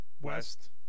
West